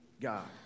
God